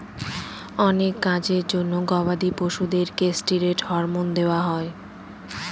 অনেক কাজের জন্য গবাদি পশুদের কেষ্টিরৈড হরমোন দেওয়া হয়